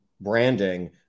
branding